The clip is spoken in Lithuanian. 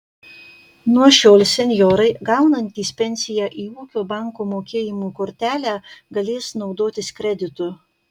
nuo šiol senjorai gaunantys pensiją į ūkio banko mokėjimo kortelę galės naudotis kreditu